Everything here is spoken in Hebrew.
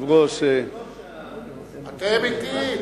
אתם אתי.